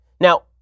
Now